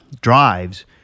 drives